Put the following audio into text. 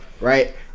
right